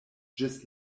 ĝis